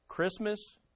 Christmas